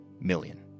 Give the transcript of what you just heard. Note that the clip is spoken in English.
million